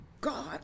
God